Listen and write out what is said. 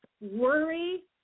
worry